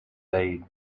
دهید